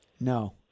No